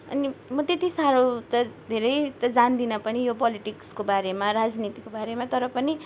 अनि म त्यति साह्रो त धेरै त जान्दिनँ पनि यो पोलिटिक्सको बारेमा राजनीतिको बारेमा तर पनि